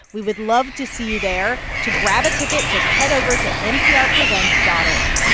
we would love to see you there. to grab a ticket, just head over to nprpresents dot org.